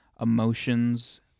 emotions